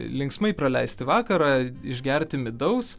linksmai praleisti vakarą išgerti midaus